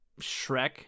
shrek